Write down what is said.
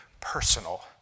personal